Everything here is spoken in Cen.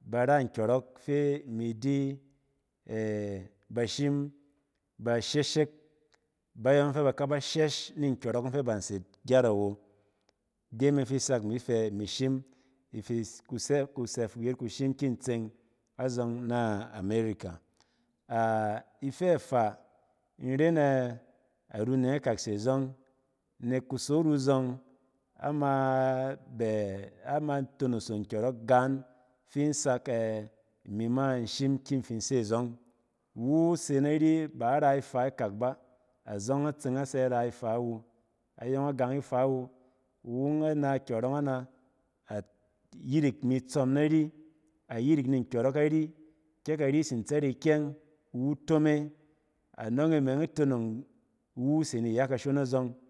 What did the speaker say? ba va nkyɔrɔk fi ini di ba shim ba sheshek bayɔng fɛ b aka ba shesh naton nkyɔrɔk fi da nse gyat awo, i de me dong fi ini fa kuse fi kuyet kushim kin tsɛng azɔng na amerika, ifɛ afaa inrene arneng akak se azɔng, nek kusot wu azɔng a mi bɛ, i ni di tonoso nkyɔrɔk san fi in sak ini ma in shim kinse azɔng iwu se ari ba a ra ifa ikak ba azɔng a tsɛ a ra ifa wu, ayɔng a gang ifa wu, iwu yɔng ana kyɔrɔng ana a yirik ni itsom ari, ayirik nkyɔrɔk ari, ke kari tsin tsɛt ikyɛng iwu tom e, anɔng e tonong iwu se ni iya kashim azɔng.